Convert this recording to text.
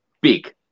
big